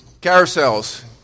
Carousels